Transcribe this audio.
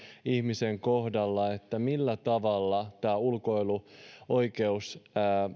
ihmisen kohdalla hoitosuunnitelmassa arvioitaisiin millä tavalla tämä ulkoiluoikeus